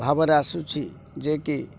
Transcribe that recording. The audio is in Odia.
ଭାବରେ ଆସୁଛି ଯେ କି